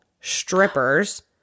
strippers